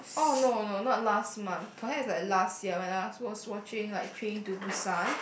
oh no no not last month perhaps like last year when I was watching like Train-to-Busan